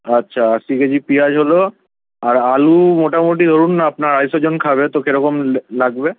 আচ্ছা আশি কেজি পিঁয়াজ হলো আর আলু মোটানোটি ধরুন আপনার আড়াইশোজন খাবে তো কেরকম লাগবে